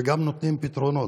וגם נותנים פתרונות,